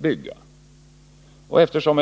bygga de tolv reaktorerna.